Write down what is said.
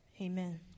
Amen